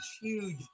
huge